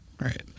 Right